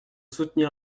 soutenir